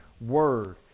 Word